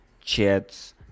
chats